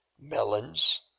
melons